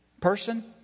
person